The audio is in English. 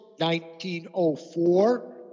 1904